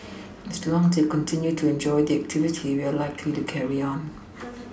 as long as they continue to enjoy the activity we are likely to carry on